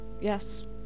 Yes